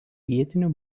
vietinių